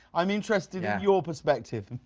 i'm interesting in your perspective?